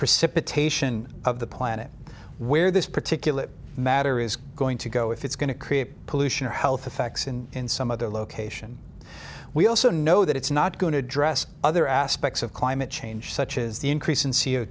precipitation of the planet where this particulate matter is going to go if it's going to create pollution or health effects in some other location we also know that it's not going to address other aspects of climate change such as the increase in c o